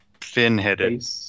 fin-headed